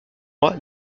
moi